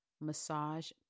massage